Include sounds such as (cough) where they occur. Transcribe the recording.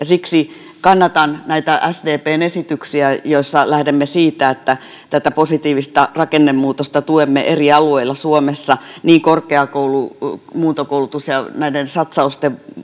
(unintelligible) siksi kannatan näitä sdpn esityksiä joissa lähdemme siitä että tätä positiivista rakennemuutosta tuemme eri alueilla suomessa niin korkeakoulumuuntokoulutuksen ja näiden satsausten